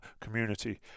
community